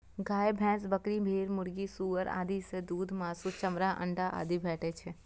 गाय, भैंस, बकरी, भेड़, मुर्गी, सुअर आदि सं दूध, मासु, चमड़ा, अंडा आदि भेटै छै